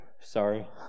sorry